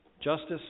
Justice